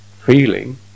feeling